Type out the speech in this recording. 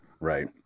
Right